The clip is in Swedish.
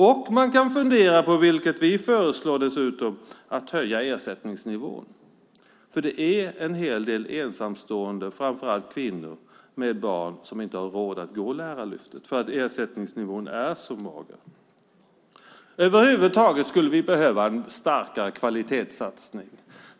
Man kan också fundera över, vilket vi föreslår, att höja ersättningsnivån. Det är en hel del ensamstående, framför allt kvinnor med barn, som inte har råd att gå Lärarlyftet eftersom ersättningen är så mager. Vi skulle över huvud taget behöva en starkare kvalitetssatsning.